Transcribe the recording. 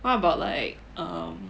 what about like um